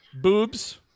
boobs